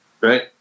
right